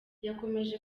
yakomeje